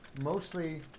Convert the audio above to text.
Mostly